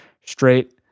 straight